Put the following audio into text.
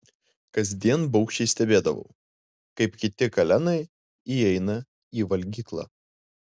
kasdien baugščiai stebėdavau kaip kiti kalenai įeina į valgyklą